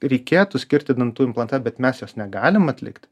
reikėtų skirti dantų implanta bet mes jos negalim atlikt